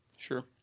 Sure